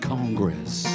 Congress